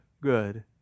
good